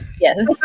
Yes